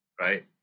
Right